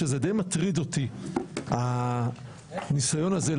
אני חייב לומר שדי מטריד אותי הניסיון הזה,